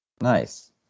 Nice